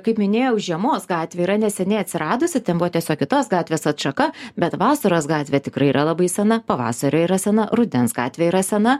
kaip minėjau žiemos gatvė yra neseniai atsiradusi ten buvo tiesiog kitos gatvės atšaka bet vasaros gatvė tikrai yra labai sena pavasario yra sena rudens gatvėje yra sena